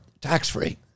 tax-free